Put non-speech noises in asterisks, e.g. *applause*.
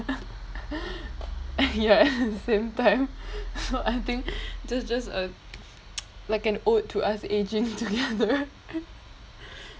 *laughs* ya same time so I think there's just a like an ode to us aging together